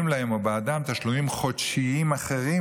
להם או בעדם תשלומים חודשיים אחרים,